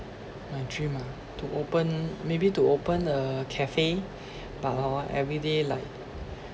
my dream ah to open maybe to open a cafe but hor every day like